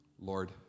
Lord